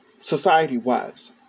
society-wise